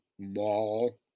mall